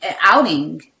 outing